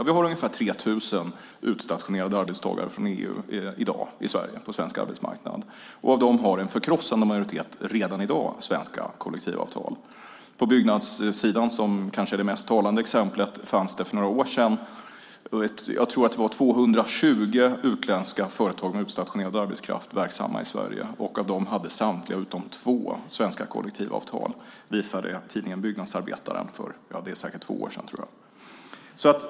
Vi har ungefär 3 000 utstationerade arbetstagare från EU i dag på den svenska arbetsmarknaden. Av dem har en förkrossande majoritet redan i dag svenska kollektivavtal. På byggnadssidan, som kanske är det mest talande exemplet, fanns det för några år sedan 220 utländska företag, tror jag, med utstationerad arbetskraft verksamma i Sverige. Av dem hade samtliga utom två svenska kollektivavtal, visade tidningen Byggnadsarbetaren för säkert två år sedan.